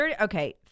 Okay